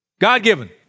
God-given